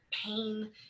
pain